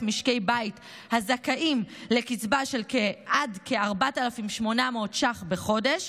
משקי בית הזכאים לקצבה של עד כ-4,800 ש"ח בחודש.